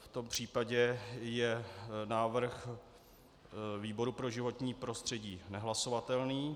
V tom případě je návrh výboru pro životní prostředí nehlasovatelný.